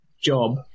job